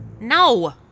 No